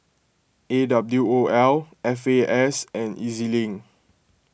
A W O L F A S and E Z Link